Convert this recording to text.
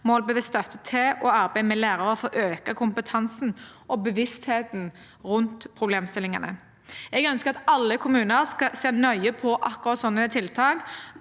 målbevisst støtte til og arbeid med lærere for å øke kompetansen og bevisstheten rundt problemstillingene. Jeg ønsker at alle kommuner skal se nøye på akkurat sånne tiltak,